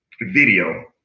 video